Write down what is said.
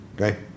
Okay